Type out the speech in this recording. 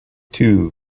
two